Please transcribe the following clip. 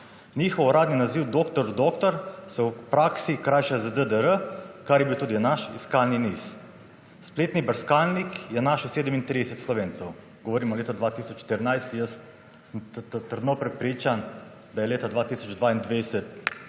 Njihov uradni naziv doktor doktor se v praksi krajša z ddr., kar je bil tudi naš iskalni niz. Spletni brskalnik je našel 37 Slovencev«. Govorim o letu 2014, jaz sem trdno prepričan, da je leta 2022